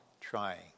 trying